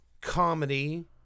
comedy